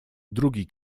drugi